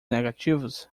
negativos